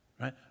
right